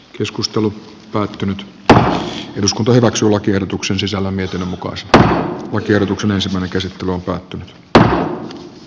puhemiesneuvosto ehdottaa että eduskunta hyväksyi lakiehdotuksen sisällön silmukoista ja tiedotuksen osassa nykyiset tulokkaat t a